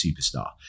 superstar